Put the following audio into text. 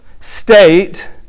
state